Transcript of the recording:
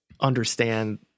understand